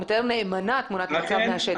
הוא מתאר נאמנה תמונת מצב מהשטח.